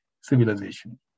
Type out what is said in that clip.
civilization